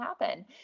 happen